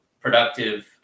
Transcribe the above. productive